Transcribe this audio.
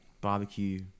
Barbecue